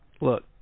look